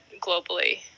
globally